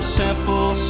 simple